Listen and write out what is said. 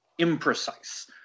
imprecise